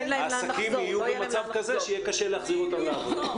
העסקים יהיו במצב כזה שיהיה קשה להחזיר אותם לעבוד.